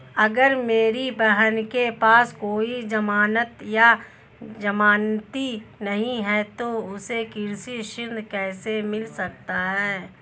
अगर मेरी बहन के पास कोई जमानत या जमानती नहीं है तो उसे कृषि ऋण कैसे मिल सकता है?